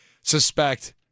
suspect